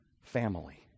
family